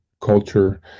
culture